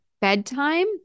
bedtime